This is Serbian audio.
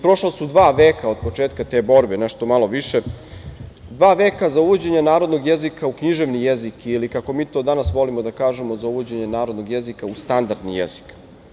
Prošla su dva veka od početka te borbe, nešto malo više, dva veka za uvođenje narodnog jezika u književni jezik ili, kako mi to danas volimo da kažemo, za uvođenje narodnog jezika u standardni jezik.